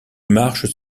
marche